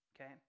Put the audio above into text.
okay